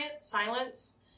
silence